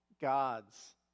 God's